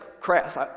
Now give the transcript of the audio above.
crass